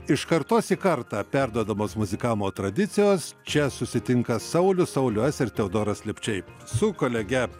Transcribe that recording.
iš kartos į kartą perduodamos muzikavimo tradicijos čia susitinka saulius sauliues ir teodoras lepčiai su kolege